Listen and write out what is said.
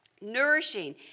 nourishing